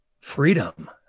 freedom